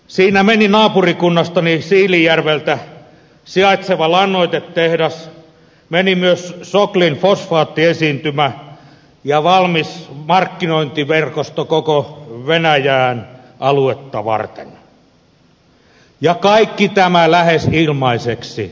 siinä meni naapurikunnassani siilinjärvellä sijaitseva lannoitetehdas meni myös soklin fosfaattiesiintymä ja valmis markkinointiverkosto koko venäjän aluetta varten ja kaikki tämä lähes ilmaiseksi